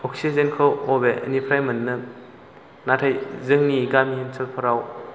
अक्सिजेनखौ बबेनिफ्राय मोननो नाथाय जोंनि गामि ओनसोलफोराव